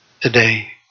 today